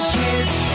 kids